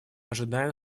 ожидаем